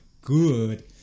good